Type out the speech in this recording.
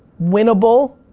winnable.